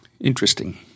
Interesting